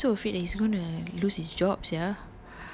oh I'm so afraid that he's gonna lose his job sia